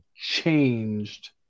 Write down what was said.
changed